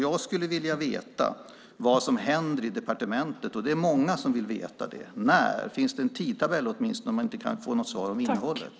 Jag skulle vilja veta vad som händer i departementet, och det är många som vill veta det. Finns det åtminstone en tidtabell, om man nu inte kan få något svar om innehållet?